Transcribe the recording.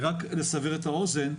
רק לסבר את האוזן,